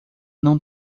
não